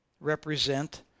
represent